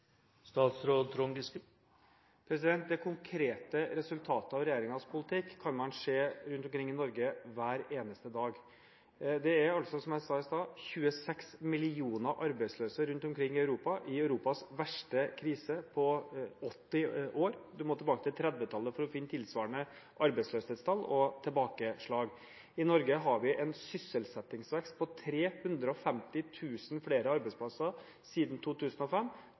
Det konkrete resultatet av regjeringens politikk kan man se rundt omkring i Norge hver eneste dag. Det er, som jeg sa i sted, 26 millioner arbeidsløse rundt omkring i Europa – i Europas verste krise på 80 år. En må tilbake til 1930-tallet for å finne tilsvarende arbeidsløshetstall og tilbakeslag. I Norge har vi hatt en sysselsettingsvekst på 350 000 flere arbeidsplasser siden 2005,